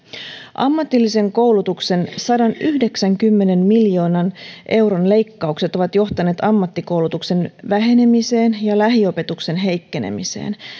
ammatillisen koulutuksen sadanyhdeksänkymmenen miljoonan euron leikkaukset ovat johtaneet ammattikoulutuksen vähenemiseen ja lähiopetuksen heikkenemiseen